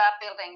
building